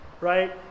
right